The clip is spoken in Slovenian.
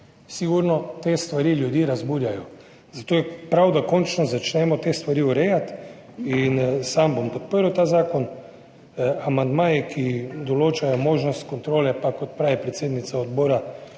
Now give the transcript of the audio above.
Sigurno te stvari ljudi razburjajo, zato je prav, da končno začnemo te stvari urejati. Sam bom podprl ta zakon. Amandmaji, ki določajo možnost kontrole pa, kot pravi predsednica odbora,